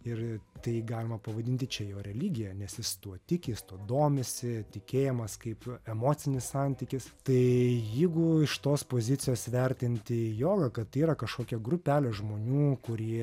ir tai galima pavadinti čia jo religija nes jis tuo tiki jis tuo domisi tikėjimas kaip emocinis santykis tai jeigu iš tos pozicijos vertinti jogą kad tai yra kažkokia grupelė žmonių kurie